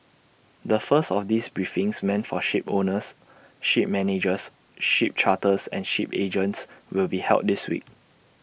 the first of these briefings meant for shipowners ship managers ship charterers and ship agents will be held this week